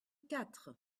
quatre